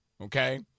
okay